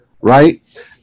right